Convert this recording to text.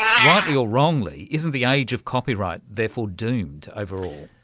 rightly or wrongly isn't the age of copyright therefore doomed overall?